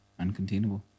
Uncontainable